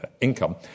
income